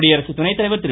குடியரசு துணைத்தலைவர் திரு